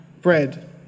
bread